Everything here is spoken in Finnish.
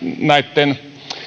näitten